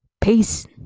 Peace